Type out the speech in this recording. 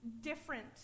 different